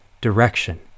direction